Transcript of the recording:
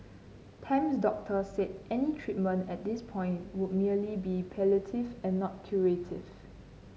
Tam's doctor said any treatment at this point would merely be palliative and not curative